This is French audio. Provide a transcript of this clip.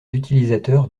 utilisateurs